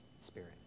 Spirit